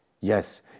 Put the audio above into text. Yes